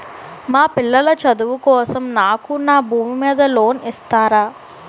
మా పిల్లల చదువు కోసం నాకు నా భూమి మీద లోన్ ఇస్తారా?